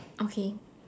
okay